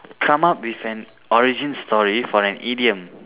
come up with an origin story for an idiom